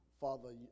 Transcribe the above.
Father